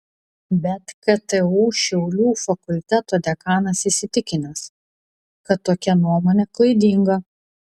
bet ktu šiaulių fakulteto dekanas įsitikinęs kad tokia nuomonė klaidinga